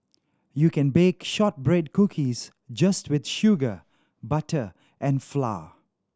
you can bake shortbread cookies just with sugar butter and flour